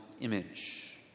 image